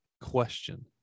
question